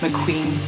McQueen